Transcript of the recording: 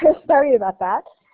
so sorry about that.